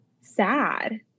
sad